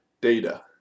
data